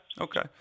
okay